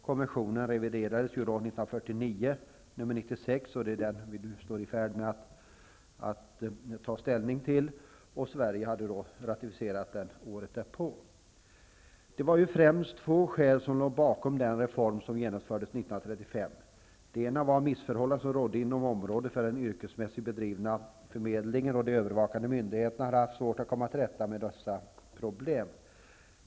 Konventionen reviderades år 1949 genom konvention nr 96, vilken vi nu står i färd med att ta ställning till, och Sverige ratificerade den året därpå. Främst två skäl låg bakom den reform som genomfördes år 1935. Det ena skälet var missförhållanden som rådde inom området för den yrkesmässigt bedrivna förmedlingen -- de övervakande myndigheterna hade haft svårt att komma till rätta med dessa problem.